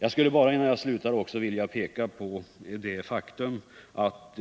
Jag skulle bara, innan jag slutar, vilja peka på det faktum att